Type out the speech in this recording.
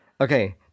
Okay